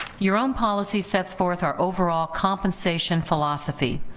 your own policy sets forth our overall compensation philosophy.